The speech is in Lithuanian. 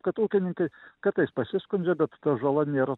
kad ūkininkai kartais pasiskundžia bet ta žala nėra